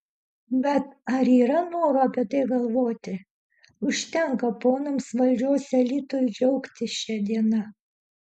bet ar yra noro apie tai galvoti užtenka ponams valdžios elitui džiaugtis šia diena